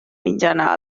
mitjana